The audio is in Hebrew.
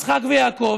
יצחק ויעקב,